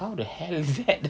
how the hell is that